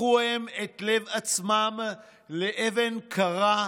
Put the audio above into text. הפכו הם את לב עצמם לאבן קרה,